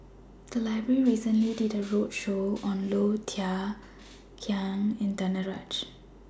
The Library recently did A roadshow on Low Thia Khiang and Danaraj